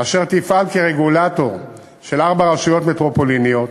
אשר תפעל כרגולטור של ארבע רשויות מטרופוליניות